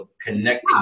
connecting